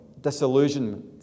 disillusionment